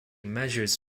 measures